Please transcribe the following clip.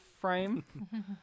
frame